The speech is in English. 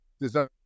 design